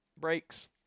brakes